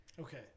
Okay